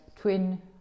twin